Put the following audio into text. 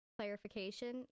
clarification